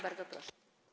Bardzo proszę.